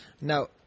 Now